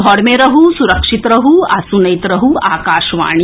घर मे रहू सुरक्षित रहू आ सुनैत रहू आकाशवाणी